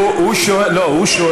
תן לענות.